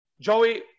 Joey